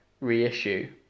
reissue